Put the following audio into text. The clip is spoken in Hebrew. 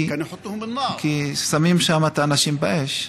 כי שמים שם את האנשים באש.)